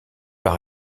par